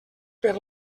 per